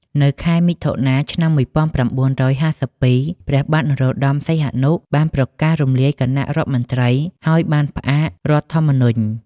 នៅខែមិថុនា ឆ្នាំ១៩៥២ ព្រះបាទនរោត្តម សីហនុ បានប្រកាសរំលាយគណៈរដ្ឋមន្ត្រី ហើយបានផ្អាករដ្ឋធម្មនុញ្ញ។